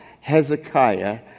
Hezekiah